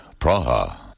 Praha